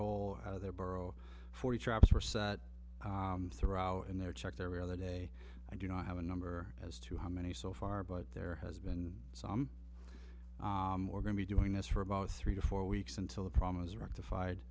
whole other burrow for the traps were set throughout and they're checked every other day i do not have a number as to how many so far but there has been some we're going to be doing this for about three to four weeks until the promise rectified